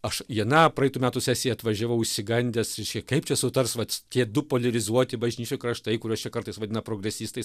aš į aną praeitų metų sesiją atvažiavau išsigandęs reiškia kaip čia sutars vat tie du poliarizuoti bažnyčių kraštai kuriuos čia kartais vadina progresistais